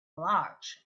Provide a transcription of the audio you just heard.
large